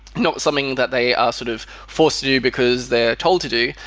not something that they are sort of forced to do because they're told to do,